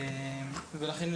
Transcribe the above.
ולכן,